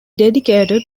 dedicated